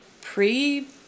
pre-